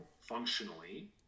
functionally